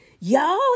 y'all